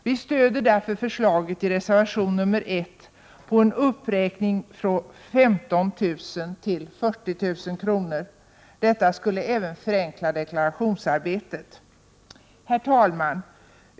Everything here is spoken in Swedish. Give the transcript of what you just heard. Vi stöder därför förslaget i reservation 1 på en uppräkning från 15 000 till 40 000 kr. Detta skulle även förenkla deklarationsarbetet. Herr talman!